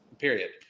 Period